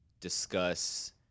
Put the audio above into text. discuss